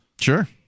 Sure